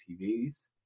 TVs